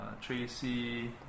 Tracy